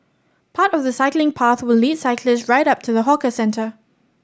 part of the cycling path will lead cyclists right up to the hawker centre